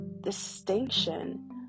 distinction